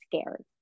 scared